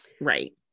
right